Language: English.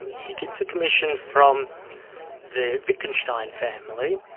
and he gets a commission from the wittgenstein family,